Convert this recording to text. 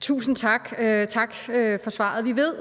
Tusind tak for svaret. Vi ved,